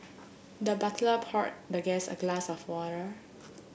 the butler poured the guest a glass of water